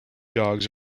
dogs